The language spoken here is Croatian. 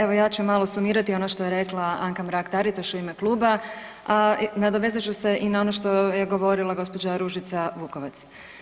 Evo ja ću malo sumirati ono što je rekla Anka Mrak-Taritaš u ime kluba, a nadovezat ću se i na ono što je govorila gđa. Ružica Vukovac.